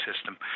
system